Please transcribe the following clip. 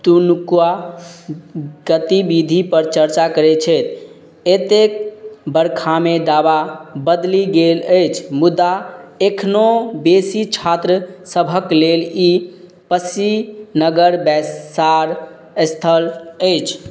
दिनुका गतिविधि पर चर्चा करैत छै एतेक बरखामे दाबा बदलि गेल अछि मुदा एखनो बेसी छात्र सभहक लेल ई पसिनगर बैसार स्थल अछि